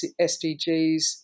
SDGs